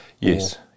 Yes